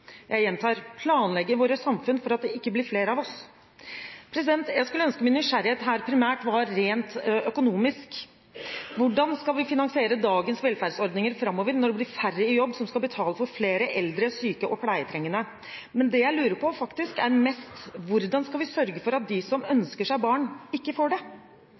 Jeg gjentar: «planlegge våre samfunn for at det ikke blir flere av oss». Jeg skulle ønske min nysgjerrighet her primært var rent økonomisk: Hvordan skal vi finansiere dagens velferdsordninger framover når det blir færre i jobb som skal betale for flere eldre syke og pleietrengende? Men det jeg lurer på, faktisk, er mest: Hvordan skal vi sørge for at de som ønsker seg barn, ikke får det?